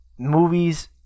movies